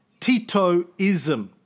Titoism